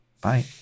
Bye